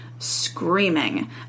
screaming